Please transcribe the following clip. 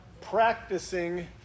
practicing